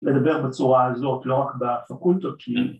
‫לדבר בצורה הזאת, ‫לא רק בפקולטות שלי.